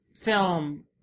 film